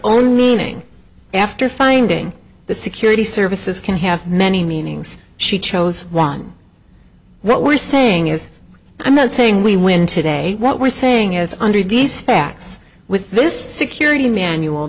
own meaning after finding the security services can have many meanings she chose one what we're saying is i'm not saying we win today what we're saying is under these facts with this security manual